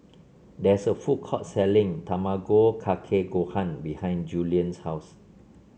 there is a food court selling Tamago Kake Gohan behind Julian's house